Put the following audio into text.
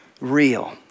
real